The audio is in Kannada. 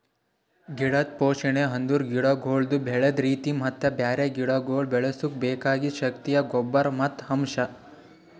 ಗಿಡದ್ ಪೋಷಣೆ ಅಂದುರ್ ಗಿಡಗೊಳ್ದು ಬೆಳದ್ ರೀತಿ ಮತ್ತ ಬ್ಯಾರೆ ಗಿಡಗೊಳ್ ಬೆಳುಸುಕ್ ಬೆಕಾಗಿದ್ ಶಕ್ತಿಯ ಗೊಬ್ಬರ್ ಮತ್ತ್ ಅಂಶ್